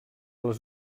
les